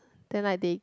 then like the